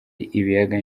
ibiyaga